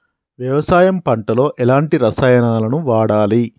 వ్యవసాయం పంట లో ఎలాంటి రసాయనాలను వాడాలి?